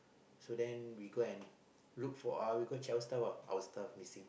so then we go and look for our uh we go check our stuff uh our stuff missing